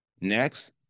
Next